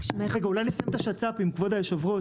רגע, אולי נסיים את השצ"פים, כבוד יושב הראש.